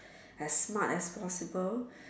as smart as possible